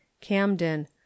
Camden